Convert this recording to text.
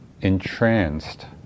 entranced